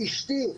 אשתי,